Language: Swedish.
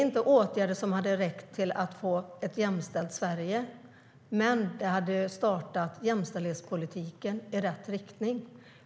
De åtgärderna hade inte räckt för att få ett jämställt Sverige, men de hade fört jämställdhetspolitiken i rätt riktning.